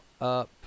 up